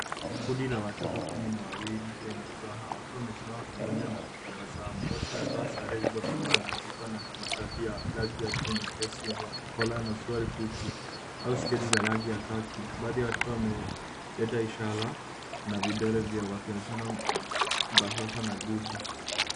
Kundi la watoto kumi na wawili wenye furaha wakiwa wamesimama pamoja na kutabasamu. Wote wamevaa sare zilizofanana zikiwa na mashati ya rangi ya bluu nyepesi yenye kola na suruali fupi au sketi za rangi ya khaki. Baadhi ya watoto wameleta ishara na vidole vyao wakionyeshana bashosha na nguvu.